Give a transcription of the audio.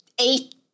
eight